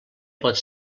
pot